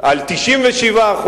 על 97%,